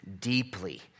deeply